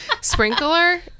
sprinkler